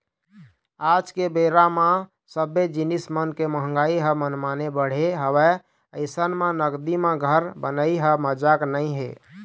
आज के बेरा म सब्बे जिनिस मन के मंहगाई ह मनमाने बढ़े हवय अइसन म नगदी म घर के बनई ह मजाक नइ हे